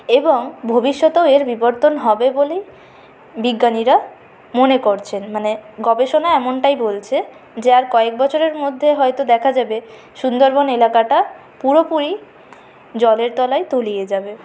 এবং ভবিষ্যতেও এর বিবর্তন হবে বলেই বিজ্ঞানীরা মনে করছেন মানে গবেষণা এমনটাই বলছে যে আর কয়েক বছরের মধ্যে হয়তো দেখা যাবে সুন্দরবন এলাকাটা পুরোপুরি জলের তলায় তলিয়ে যাবে